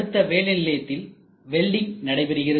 அடுத்த வேலை நிலையத்தில் வெல்டிங் நடைபெறுகிறது